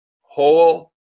whole